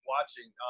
watching